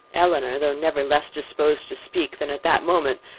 elinor, though never less disposed to speak than at that moment,